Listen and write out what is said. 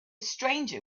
stranger